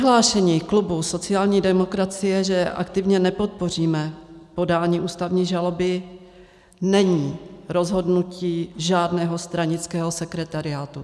Vyhlášení klubu sociální demokracie, že aktivně nepodpoříme podání ústavní žaloby, není rozhodnutí žádného stranického sekretariátu.